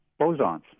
bosons